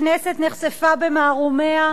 הכנסת נחשפה במערומיה.